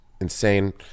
insane